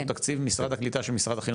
או תקציב משרד הקליטה שמשרד החינוך מפעיל?